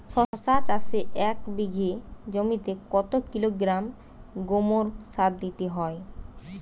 শশা চাষে এক বিঘে জমিতে কত কিলোগ্রাম গোমোর সার দিতে হয়?